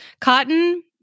Cotton